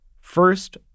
First